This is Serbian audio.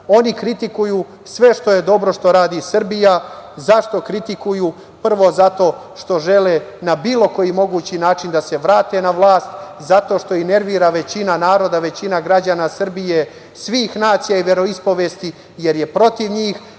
Oni kritikuju sve što je dobro što radi Srbija. Zašto kritikuju? Prvo, zato što žele na bilo koji mogući način da se vrate na vlast, zato što ih nervira većina naroda, većina građana Srbije svih nacija i veroispovesti, jer je protiv njih,